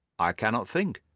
i cannot think.